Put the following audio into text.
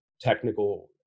technical